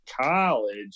college